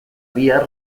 bihar